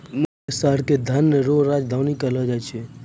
मुंबई शहर के धन रो राजधानी कहलो जाय छै